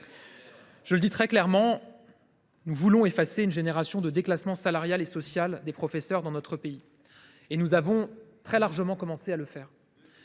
Je le dis clairement, nous voulons effacer une génération de déclassement salarial et social des professeurs dans notre pays. Deux générations ! Et nous avons très largement commencé à le faire.